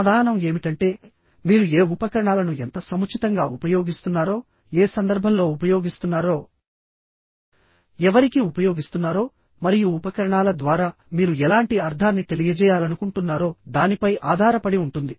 సమాధానం ఏమిటంటే మీరు ఏ ఉపకరణాలను ఎంత సముచితంగా ఉపయోగిస్తున్నారో ఏ సందర్భంలో ఉపయోగిస్తున్నారో ఎవరికి ఉపయోగిస్తున్నారో మరియు ఉపకరణాల ద్వారా మీరు ఎలాంటి అర్థాన్ని తెలియజేయాలనుకుంటున్నారో దానిపై ఆధారపడి ఉంటుంది